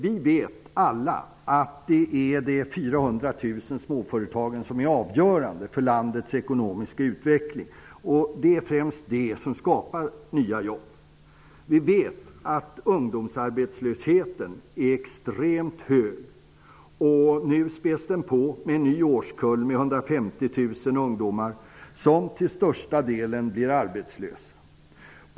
Vi vet alla att det är de 400 000 småföretagen som är avgörande för landets ekonomiska utveckling. Det är främst de som skapar nya jobb. Vi vet också att ungdomsarbetslösheten är extremt hög och att den nu späds på med en ny årskull om 150 000 ungdomar, som till största delen blir arbetslösa.